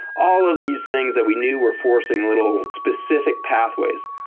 all of these things that we knew were forcing little specific pathways.